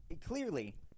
clearly